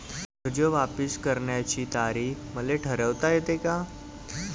कर्ज वापिस करण्याची तारीख मले ठरवता येते का?